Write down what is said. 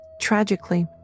Tragically